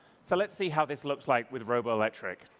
so let's see how this looks like with roboelectric.